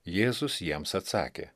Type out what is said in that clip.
jėzus jiems atsakė